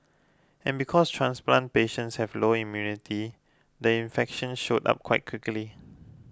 and because transplant patients have lower immunity the infection showed up quite quickly